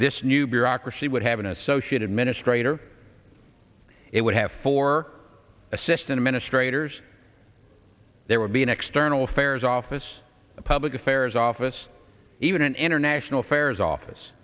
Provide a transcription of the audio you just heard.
this new bureaucracy would have an associate administrator it would have four assistant administrator zz there would be an external affairs office a public affairs office even an international affairs office